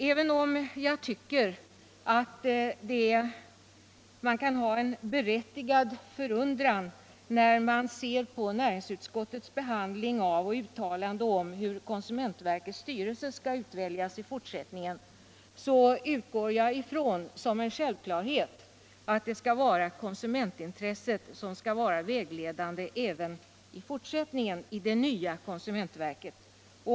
Även om jag tycker att man kan vara litet undrande när man ser på näringsutskottets behandling av och uttalande om hur konsumentverkets styrelse skall väljas i fortsättningen, så utgår jag ändå ifrån som en självklarhet att konsumentintressena skall vara vägledande i det nya konsumentverket även i fortsättningen.